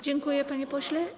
Dziękuję, panie pośle.